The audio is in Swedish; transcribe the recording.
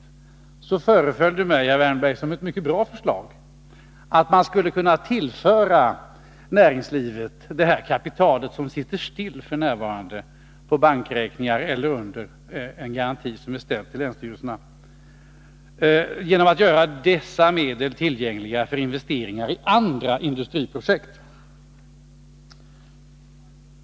Därför föreföll det mig, herr Wärnberg, som ett mycket bra förslag att tillföra näringslivet detta kapital, som f. n. ligger outnyttjat på bankräkningar eller bundet i en garanti som är ställd till länsstyrelserna, genom att göra medlen tillgängliga för investeringar i andra industriprojekt.